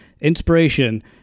inspiration